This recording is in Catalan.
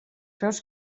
peus